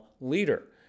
leader